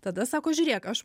tada sako žiūrėk aš